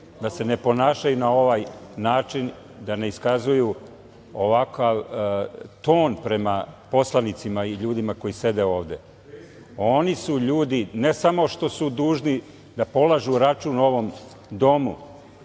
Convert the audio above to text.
da se ne ponašaju na ovaj način, da ne iskazuju ovakav ton prema poslanicima i ljudima koji sede ovde. Oni su ljudi, ne samo što su dužni da polažu račun ovom domu,